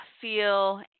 feel